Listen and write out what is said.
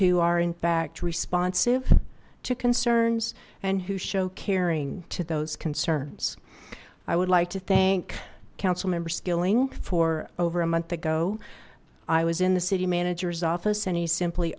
who are in fact responsive to concerns and who show caring to those concerns i would like to thank councilmember skilling for over a month ago i was in the city manager's office and he simply